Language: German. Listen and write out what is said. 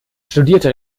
studierte